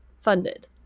funded